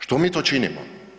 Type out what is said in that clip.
Što mi to činimo?